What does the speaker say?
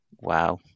Wow